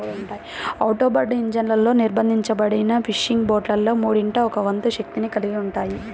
outboard ఇంజన్లతో నిర్బంధించబడిన fishing బోట్లలో మూడింట ఒక వంతు శక్తిని కలిగి ఉంటాయి